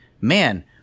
man